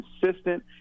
consistent